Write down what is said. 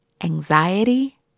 Anxiety